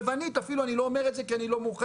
חובבנית אפילו אני לא אומר את זה כי אני לא מומחה,